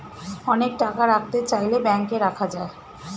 অনেক টাকা রাখতে চাইলে ব্যাংকে রাখা যায়